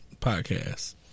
podcast